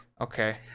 Okay